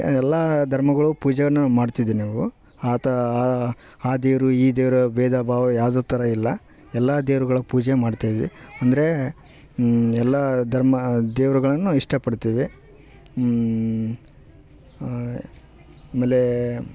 ಎಲ್ಲಾ ಧರ್ಮಗಳು ಪೂಜೆಯನ್ನು ಮಾಡ್ತಿದೀ ನೀವು ಆತಾ ಆ ದೇವರು ಈ ದೇವರು ಬೇಧಭಾವ ಯಾವುದು ಥರ ಇಲ್ಲ ಎಲ್ಲಾ ದೇವ್ರುಗಳಿಗ್ ಪೂಜೆ ಮಾಡ್ತೀವಿ ಅಂದರೆ ಎಲ್ಲ ಧರ್ಮ ದೇವರುಗಳನ್ನು ಇಷ್ಟ ಪಡ್ತೀವಿ ಆಮೇಲೇ